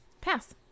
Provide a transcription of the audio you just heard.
Pass